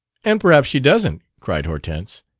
and perhaps she doesn't! cried hortense.